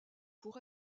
pour